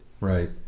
Right